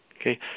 Okay